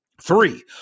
Three